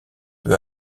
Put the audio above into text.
peu